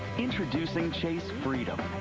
introducing chase freedom.